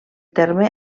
terme